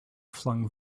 flung